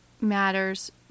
matters